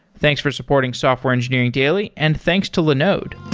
thanks for supporting software engineering daily, and thanks to linode.